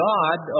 God